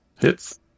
Hits